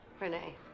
Renee